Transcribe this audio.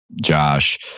Josh